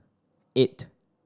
eight